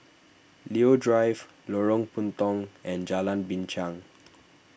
Leo Drive Lorong Puntong and Jalan Binchang